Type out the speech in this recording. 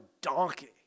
donkey